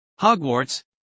Hogwarts